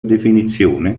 definizione